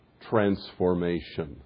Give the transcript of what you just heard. transformation